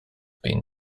been